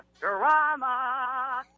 Drama